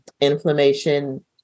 inflammation